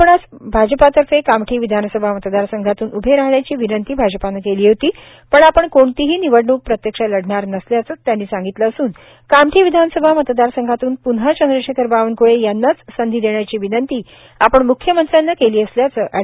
आपणास भाजपतर्फे कामठी विधानसभा मतदारसंघातून उभे राहण्याची विनंती भाजपने केली होती पण आपण कोणतीही निवडणूक प्रत्यक्ष लढणार नसल्याचं सांगितलं असून कामठी विधानसभा मतदारसंघातून पून्हा चंद्रशेखर बावनकुळे यांनाच संधी देण्याची विनंती आपण मुख्यमंत्र्यांना केली असल्याचं एड